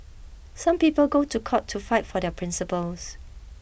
some people go to court to fight for their principles